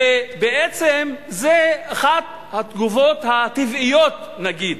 ובעצם זו אחת התגובות הטבעיות, נגיד.